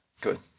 Good